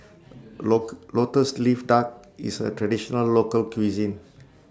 Local Lotus Leaf Duck IS A Traditional Local Cuisine